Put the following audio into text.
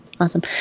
Awesome